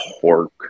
pork